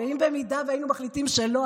ואם היינו מחליטים שלא,